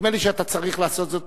נדמה לי שאתה צריך לעשות זאת,